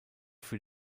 für